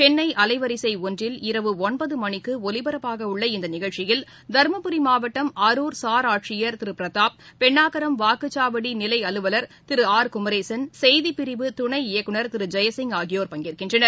சென்னைஅலைவரிசைஒன்றில் இரவு ஒன்பதமனிக்குஒலிபரப்பாகவுள்ள இந்தநிகழ்ச்சியில் தர்மபுரி மாவட்டம் அரூர் சார் ஆட்சியர் திருபிரதாப் பெண்ணாகரம் வாக்குச்சாவடிநிலைஅலுவலர் திரு ஆர் குமரேசன் செய்திப்பிரிவு துணை இயக்குநர் திருஜெயசிங் ஆகியோர் பங்கேற்கின்றனர்